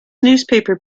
newspaper